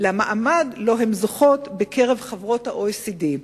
למעמד שלו הן זוכות בקרב חברות ה-OECD.